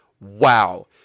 wow